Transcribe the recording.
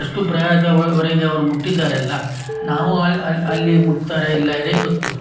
ಅಷ್ಟು ಪ್ರಾಯದವವರೆಗೆ ಅವರು ಮುಟ್ಟಿದ್ದಾರಲ್ಲ ನಾವು ಅಲ್ಲಿ ಮುಟ್ತಾರೆ ಇಲ್ಲ ಯಾರಿಗೆ ಗೊತ್ತು